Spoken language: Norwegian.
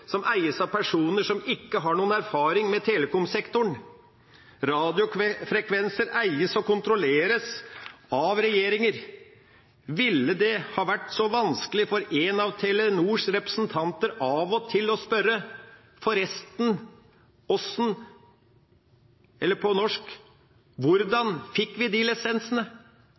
som eies av personer som ikke har noen erfaring med telecom-sektoren? Radiofrekvenser eies og kontrolleres av regjeringer. Ville det ha vært så vanskelig for en av Telenors representanter av og til å spørre «Forresten, hvordan fikk vi de lisensene?»